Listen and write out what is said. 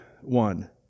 one